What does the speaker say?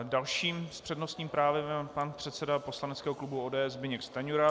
Dalším s přednostním právem je pan předseda poslaneckého klubu ODS Zbyněk Stanjura.